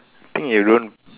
I think you don't